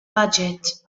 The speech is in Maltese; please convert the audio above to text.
baġit